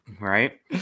right